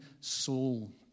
soul